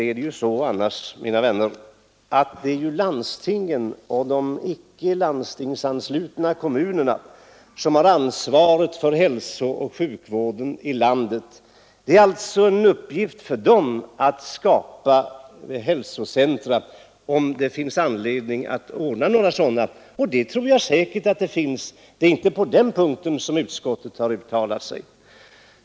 Rent sakligt är det landstingen och de icke landstingsanslutna kommunerna som har ansvaret för att skapa hälsocentra, om det finns anledning att anordna några sådana, vilket jag säkert tror — det är inte på den punkten utskottet har uttalat sig.